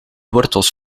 wortels